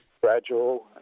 gradual